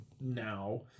now